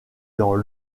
dans